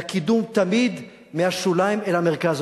והקידום תמיד מהשוליים אל המרכז,